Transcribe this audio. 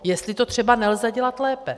Jestli to třeba nelze dělat lépe.